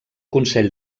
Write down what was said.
consell